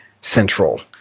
central